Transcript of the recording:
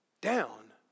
down